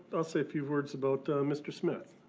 i'll say a few words about mr. smith,